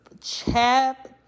chapter